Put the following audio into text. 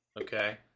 okay